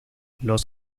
los